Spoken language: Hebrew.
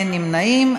אין נמנעים.